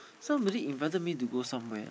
somebody invited me to go somewhere